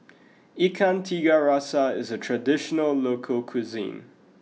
Ikan Tiga Rasa is a traditional local cuisine